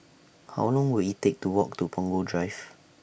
How Long Will IT Take to Walk to Punggol Drive